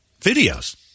Videos